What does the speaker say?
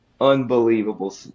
unbelievable